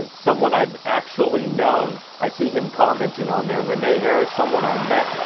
ah someone i've actually known, i see him commenting on there. renee harris, someone i met,